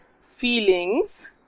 feelings